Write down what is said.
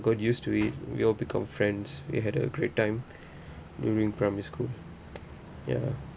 got used to it we all become friends we had a great time during primary school ya